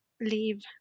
leave